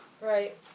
Right